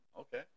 Okay